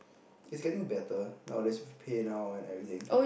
it's getting better nowadays with PayNow and everything